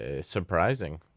surprising